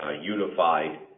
unified